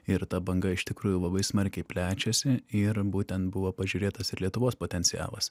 ir ta banga iš tikrųjų labai smarkiai plečiasi ir būtent buvo pažiūrėtas ir lietuvos potencialas